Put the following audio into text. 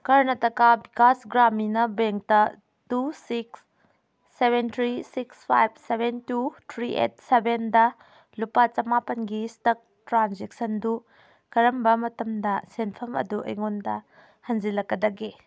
ꯀꯔꯅꯥꯇꯀꯥ ꯚꯤꯀꯥꯁ ꯒ꯭ꯔꯥꯃꯤꯅ ꯕꯦꯡꯇ two six seven three six five seven two three eight ꯁꯚꯦꯟꯗ ꯂꯨꯄꯥ ꯆꯃꯥꯄꯟꯒꯤ ꯏꯁꯇꯛ ꯇ꯭ꯔꯥꯟꯖꯦꯟꯁꯟꯗꯨ ꯀꯔꯝꯕ ꯃꯇꯝꯗ ꯁꯦꯟꯐꯝ ꯑꯗꯨ ꯑꯩꯉꯣꯟꯗ ꯍꯟꯖꯤꯜꯂꯛꯀꯗꯒꯦ